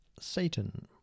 Satan